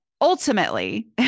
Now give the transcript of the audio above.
ultimately